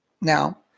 Now